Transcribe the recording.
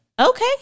okay